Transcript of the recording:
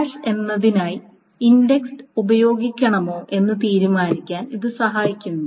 hash എന്നതിനായി index ഉപയോഗിക്കണമോ എന്ന് തീരുമാനിക്കാൻ ഇത് സഹായിക്കുന്നു